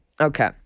Okay